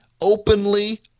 openly